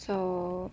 so